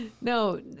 No